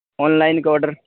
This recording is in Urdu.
آن لائن کا آڈر